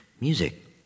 music